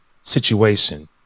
situation